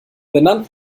benannt